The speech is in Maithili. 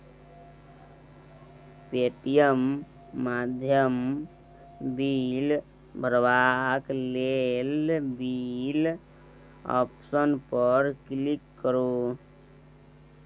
पे.टी.एम माध्यमसँ बिल भरबाक लेल बिल आप्शन पर क्लिक करु